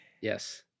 Yes